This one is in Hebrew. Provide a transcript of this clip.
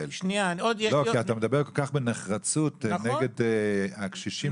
כי אתה מדבר כל כך בנחרצות נגד הקשישים -- נכון.